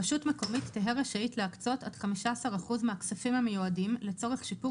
רשות מקומית תהא רשאית להקצות עד 15% מהכספים המיועדים לצורך שיפור